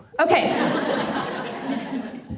Okay